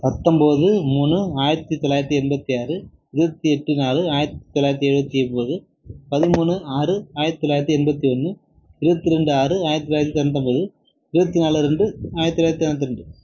பத்தொன்போது மூணு ஆயிரத்தி தொள்ளாயிரத்தி எண்பத்தி ஆறு இருபத்தி எட்டு நாலு ஆயிரத்தி தொள்ளாயிரத்தி எழுபத்தி ஒன்பது பதிமூணு ஆறு ஆயிரத்தி தொள்ளாயிரத்தி எண்பத்தி ஒன்று இருபத்தி ரெண்டு ஆறு ஆயிரத்தி தொள்ளாயிரத்தி தொண்ணூற்றொம்பது இருபத்தி நாலு ரெண்டு ஆயிரத்தி தொள்ளாயிரத்தி தொண்ணூற்றி ரெண்டு